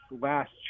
last